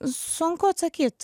sunku atsakyt